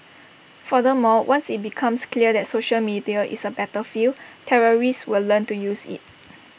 furthermore once IT becomes clear that social media is A battlefield terrorists will learn to use IT